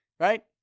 Right